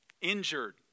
Injured